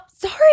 sorry